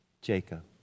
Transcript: Jacob